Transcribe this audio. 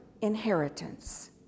inheritance